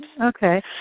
Okay